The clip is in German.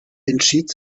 entschied